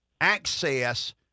access